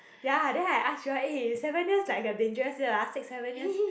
ya then I ask Joel eh seven years like a dangerous year ah six seven years